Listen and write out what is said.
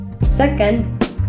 Second